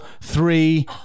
three